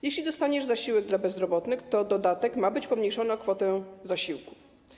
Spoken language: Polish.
Jeśli dostaniesz zasiłek dla bezrobotnych, to dodatek ma być pomniejszony o kwotę zasiłku.